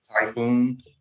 typhoon